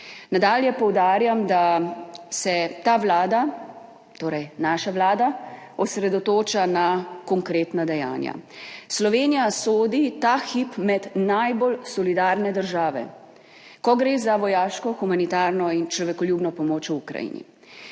Nadalje poudarjam, da se ta Vlada, torej naša Vlada, osredotoča na konkretna dejanja. Slovenija sodi ta hip med najbolj solidarne države, ko gre za vojaško, humanitarno in človekoljubno pomoč v Ukrajini.